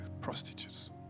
Prostitutes